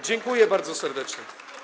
Dziękuję bardzo serdecznie.